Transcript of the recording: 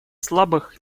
слабых